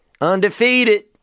Undefeated